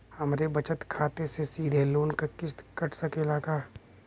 हमरे बचत खाते से सीधे लोन क किस्त कट सकेला का?